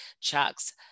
Chuck's